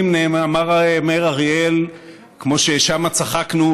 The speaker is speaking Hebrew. אמר מאיר אריאל: כמו ששמה צחקנו,